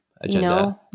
agenda